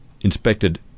inspected